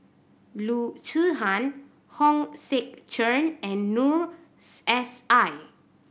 Loo Zihan Hong Sek Chern and Noor S I